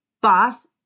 boss